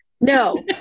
no